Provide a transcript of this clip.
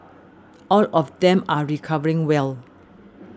all of them are recovering well